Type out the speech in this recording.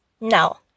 Now